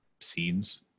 scenes